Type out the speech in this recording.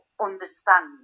understand